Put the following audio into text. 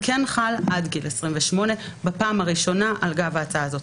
כן חל עד גיל 28 בפעם הראשונה על גב ההצעה הזאת?